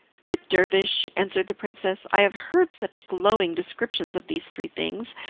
good dervish, answered the princess, i have heard such glowing descriptions of these three things,